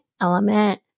element